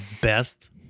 best